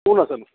কোন আছেনো